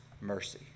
mercy